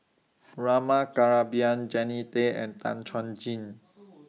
Rama Kannabiran Jannie Tay and Tan Chuan Jin